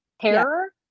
terror